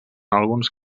alguns